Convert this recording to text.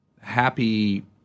happy